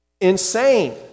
insane